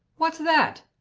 what's that?